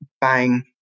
bang